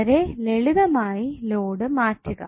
വളരെ ലളിതമായി ലോഡ് മാറ്റുക